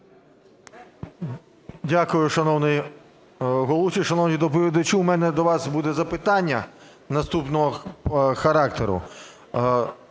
Дякую, шановний головуючий. Шановний доповідачу, в мене до вас буде запитання наступного характеру.